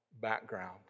background